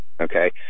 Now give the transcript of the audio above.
Okay